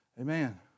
Amen